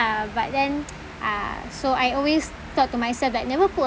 ah but then ah so I always taught to myself that never put